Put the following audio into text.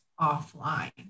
offline